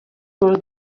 for